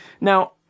now